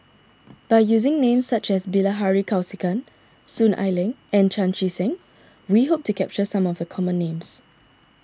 by using names such as Bilahari Kausikan Soon Ai Ling and Chan Chee Seng we hope to capture some of the common names